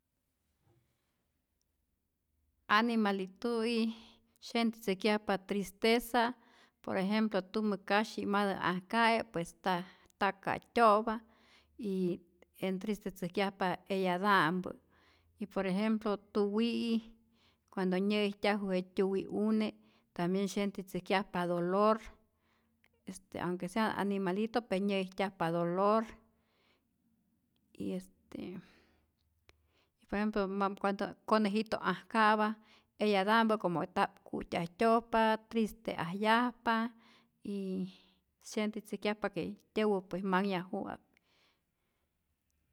Animalitu'i syentitzäjkyajpa tristeza, por ejemplo tumä kasyi matä ajka'e pues ta ta ka'tyo'pa y entristetzäjkyajpa eyata'mpä, y por ejemplo tuwi'i cuando nyä'ijtyaju je tyuwi'une' tambien syentitzäjkyajpa dolor, este aunque sea nimalito pe nyä'ijtyajpa dolor y este por ejemplo mam cuando conejito't ajka'pa eyata'mpä como nta'p ku'tyajtyo'pa, triste'ajyajpa y syetitzäjkyajpa que tyäwä que manhyaju'ap.